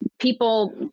people